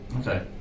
okay